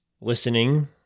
listening